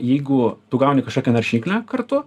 jeigu tu gauni kažkokią naršyklę kartu